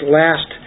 last